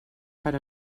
per